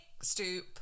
stoop